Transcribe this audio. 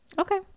Okay